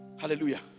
Hallelujah